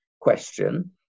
question